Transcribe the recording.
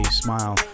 smile